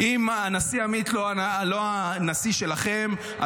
אם הנשיא עמית לא הנשיא שלכם,